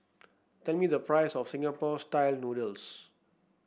tell me the price of Singapore style noodles